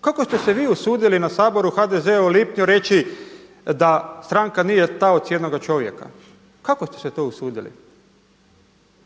Kako ste se vi usudili na Saboru HDZ-a u lipnju reći da stranka nije taoc jednoga čovjeka. Kako ste se to usudili?